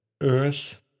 earth